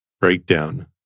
Breakdown